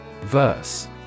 Verse